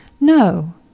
No